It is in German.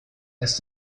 als